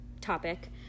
topic